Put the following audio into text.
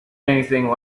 anything